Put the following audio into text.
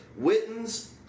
Witten's